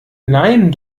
nein